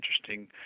interesting